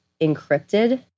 encrypted